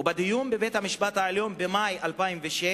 ובדיון בבית-המשפט העליון במאי 2006,